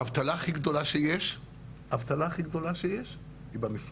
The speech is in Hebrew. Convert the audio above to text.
האבטלה הכי גדולה שיש היא במשרד,